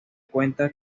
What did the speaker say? cuenta